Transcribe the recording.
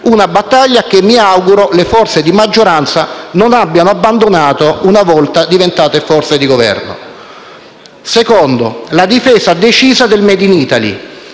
Una battaglia che - mi auguro - le forze di maggioranza non abbiano abbandonato una volta diventate forze di Governo. Secondo: la difesa decisa del *made in italy.*